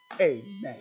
Amen